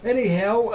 Anyhow